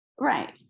Right